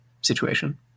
situation